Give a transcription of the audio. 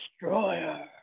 Destroyer